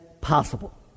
possible